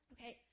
Okay